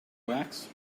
wax